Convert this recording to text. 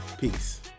peace